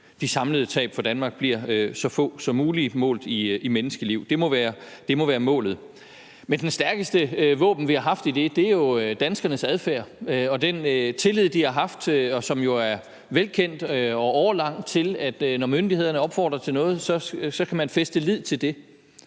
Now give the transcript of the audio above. de samlede tab for Danmark bliver så få som mulige målt i menneskeliv. Det må være målet. Men det stærkeste våben, som vi har haft i det, er jo danskernes adfærd, og den tillid, som de har haft, og som jo er velkendt og årelang, til, at man, når myndighederne opfordrer til noget, kan fæste lid til det,